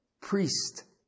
Priest